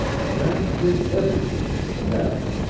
gramps did everything with zest,